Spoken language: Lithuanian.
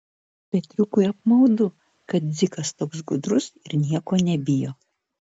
petriukui apmaudu kad dzikas toks gudrus ir nieko nebijo